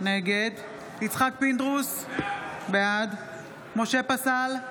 נגד יצחק פינדרוס, בעד משה פסל,